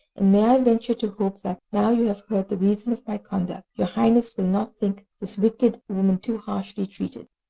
may i venture to hope that, now you have heard the reason of my conduct, your highness will not think this wicked woman too harshly treated?